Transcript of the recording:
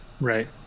Right